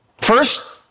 First